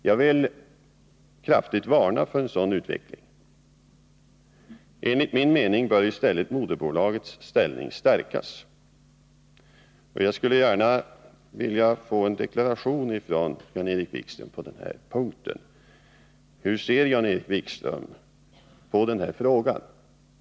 Jag vill kraftigt varna för en sådan utveckling. Enligt min mening bör i stället moderbolagets ställning stärkas. Jag skulle gärna vilja få en deklaration från Jan-Erik Wikström på den punkten. Hur ser Jan-Erik Wikström på denna fråga?